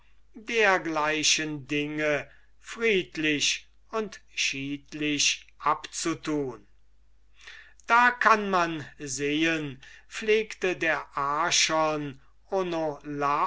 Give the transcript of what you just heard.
dergleichen dinge friedlich und schiedlich abzutun da kann man sehen pflegte der